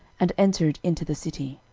and entered into the city.